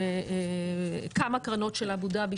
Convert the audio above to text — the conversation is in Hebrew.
כמה קרנות של אבו-דאבי,